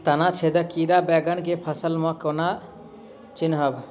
तना छेदक कीड़ा बैंगन केँ फसल म केना चिनहब?